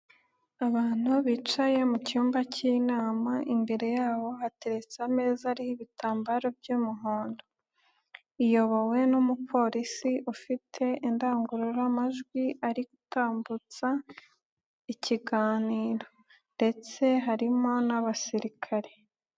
Abantu bicaye mu cyumba cy'inama, imbere yabo hateretse ameza ariho ibitambaro by'umuhondo ,iyobowe n'umupolisi ufite indangururamajwi ari gutambutsa ikiganiro ,ndetse harimo n'abasirikare.